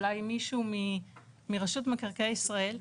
אולי מישהו מרשות מקרקעי ישראל,